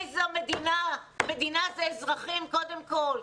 מדינה היא קודם כל אזרחים.